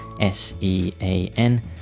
S-E-A-N